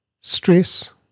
stress